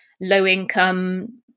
low-income